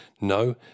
no